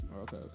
Okay